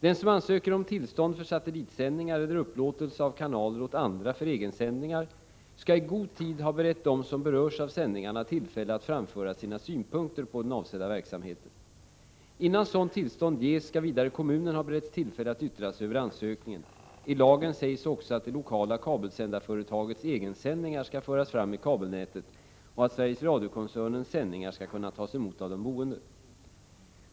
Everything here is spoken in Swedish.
Den som ansöker om tillstånd för satellitsändningar eller upplåtelse av kanaler åt andra för egensändningar skall i god tid ha berett dem som berörs av sändningarna tillfälle att framföra sina synpunkter på den avsedda verksamheten. Innan sådant tillstånd ges skall vidare kommunen ha beretts tillfälle att yttra sig över ansökningen. I lagen sägs också att det lokala kabelsändarföretagets egensändningar skall föras fram i kabelnätet och att Sveriges Radiokoncernens sändningar skall kunna tas emot av de boende.